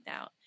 out